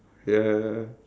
ya ya ya